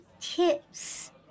tips